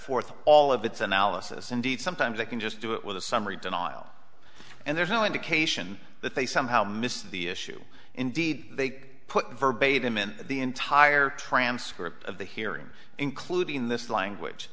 forth all of its analysis indeed sometimes i can just do it with a summary denial and there's no indication that they somehow missed the issue indeed they put verbatim in the entire transcript of the hearing including this language